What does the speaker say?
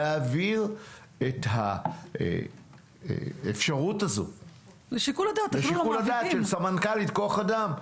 להעביר את האפשרות הזו לשיקול הדעת של סמנכ"לית כוח אדם?